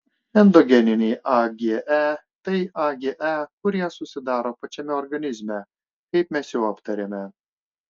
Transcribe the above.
endogeniniai age tai age kurie susidaro pačiame organizme kaip mes jau aptarėme